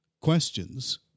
questions